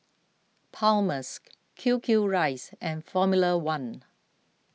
Palmer's Q Q Rice and formula one